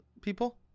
people